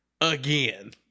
again